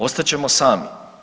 Ostat ćemo sami.